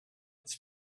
his